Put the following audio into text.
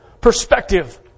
perspective